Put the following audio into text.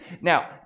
Now